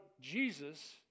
Jesus